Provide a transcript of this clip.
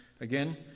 Again